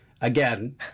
again